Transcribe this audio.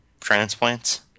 transplants